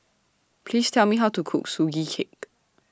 Please Tell Me How to Cook Sugee Cake